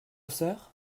sœur